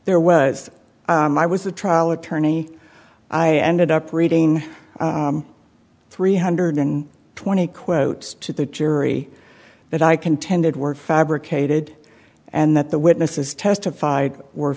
there was i was a trial attorney i ended up reading three hundred and twenty quotes to the jury that i contended were fabricated and that the witnesses testified were